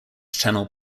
channel